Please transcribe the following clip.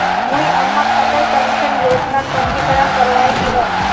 मुई अम्माक अटल पेंशन योजनात पंजीकरण करवइ दिमु